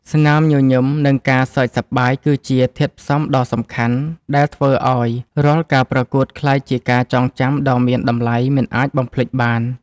ស្នាមញញឹម និងការសើចសប្បាយ គឺជាធាតុផ្សំដ៏សំខាន់ដែលធ្វើឱ្យរាល់ការប្រកួតក្លាយជាការចងចាំដ៏មានតម្លៃមិនអាចបំភ្លេចបាន។